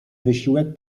wysiłek